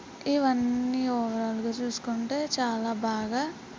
ఇవన్నీ ఓవరాల్గా చూసుకుంటే చాలా బాగా